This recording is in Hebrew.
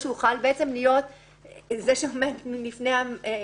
גם מבחינת זה שהוא יוכל לעמוד לפני הגורם